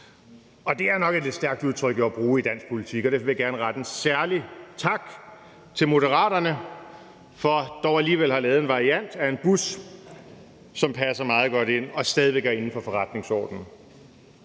Det er nok et lidt stærkt udtryk at bruge i dansk politik, og derfor vil jeg gerne rette en særlig tak til Moderaterne for dog alligevel at have lavet en variant af en bus, som passer meget godt ind og stadig væk er inden for forretningsordenen.